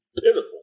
pitiful